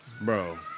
Bro